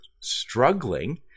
struggling